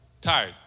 tired